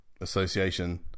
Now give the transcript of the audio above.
association